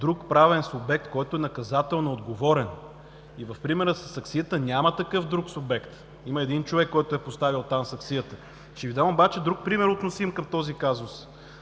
друг правен субект, който е наказателно отговорен. И в примера със саксията няма такъв друг субект, има един човек, който е поставил там саксията. Ще Ви дам обаче друг пример, относим към този казус,